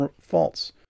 false